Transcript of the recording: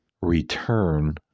return